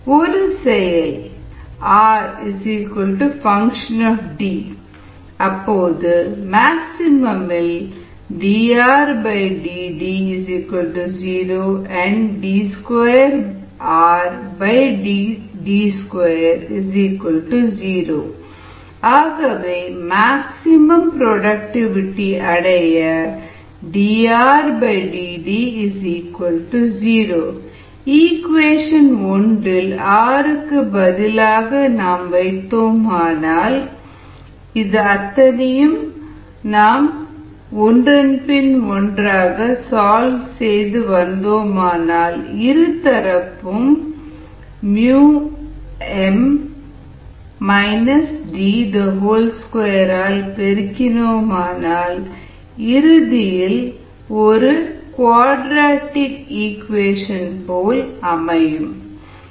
ஒரு செயல் R f அப்போது மேக்ஸிமம் இல் dRdD0 and d2RdD20 ஆகவே மேக்ஸிமம் புரோடக்டிவிடி அடைய dRdD0 இக்குவேஷன் இல் R க்கு பதிலாக வைத்தால் dDYxsSi DKsdD0 ddDDYxsSi D2YxsKsm D0 dDYxsSi DKsdD ddDDYxsSi D2YxsKsm D0 YxsSi YxsKs2Dm D D2 1m D20 Si Ks 2Dm D2m D20 இருதரப்பும் m D2 ஆல் பெருக்கினால் Sim D2Ks2Dm D2 m2 D2 2DmKs2Dm D2Si D21 KsSi 2Dm1 KsSi m20 ஒரு Quadratic equation ஆகD விடைகாண வேண்டும்